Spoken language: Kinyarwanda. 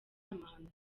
amahano